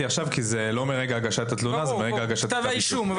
עכשיו כי זה לא מרגע הגשת התלונה אלא מרגע הגשת כתב אישום.